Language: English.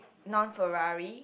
non Ferrari